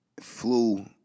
flew